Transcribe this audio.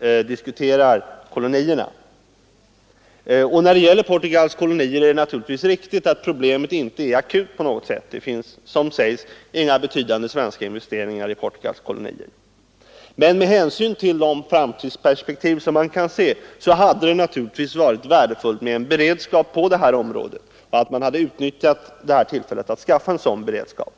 talar om kolonierna. När det gäller Portugals kolonier är det naturligtvis riktigt att problemet inte är akut på något sätt. Som det sägs finns det inga betydande svenska investeringar i dem. Men med hänsyn till de framtidsperspektiv som man kan se hade det givetvis varit värdefullt med en beredskap på det här området och att man hade utnyttjat det här tillfället till att skaffa sig en sådan beredskap.